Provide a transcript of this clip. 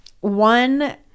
one